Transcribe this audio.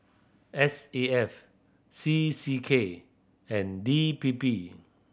S A F C C K and D P P